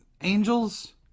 angels